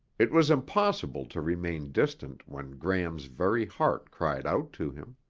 it was impossible to remain distant when gram's very heart cried out to him.